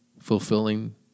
fulfilling